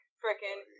frickin